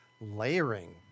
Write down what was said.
layering